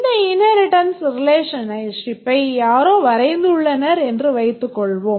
இந்த inheritance relationship ஐ யாரோ வரைந்துள்ளனர் என்று வைத்துக்கொள்வோம்